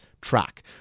track